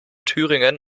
thüringen